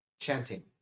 chanting